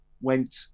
went